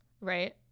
Right